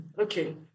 Okay